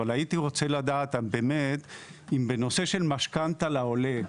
אבל הייתי רוצה לדעת באמת אם בנושא של משכנתא לעולה,